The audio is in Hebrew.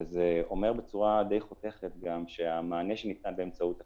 וזה אומר גם בצורה די חותכת שהמענה שניתן באמצעות הקרן,